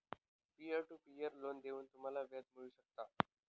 peer to peer loan देऊन तुम्ही व्याज मिळवू शकता